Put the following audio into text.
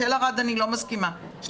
אני לא מסכימה לגבי תל ערד,